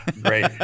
Great